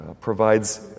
provides